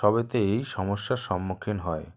সবেতেই সমস্যার সম্মুখীন হয়